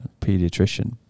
pediatrician